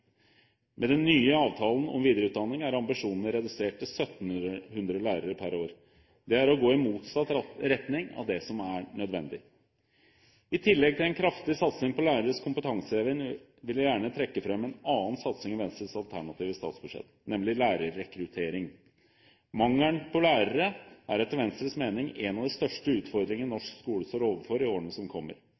Med den nye avtalen om videreutdanning er ambisjonene redusert til 1 700 lærere per år. Det er å gå i motsatt retning av det som er nødvendig. I tillegg til den kraftige satsingen på læreres kompetanseheving vil jeg gjerne trekke fram en annen satsing i Venstres alternative statsbudsjett, nemlig lærerrekruttering. Mangelen på lærere er etter Venstres mening en at de største utfordringene norsk skole står overfor i årene som kommer.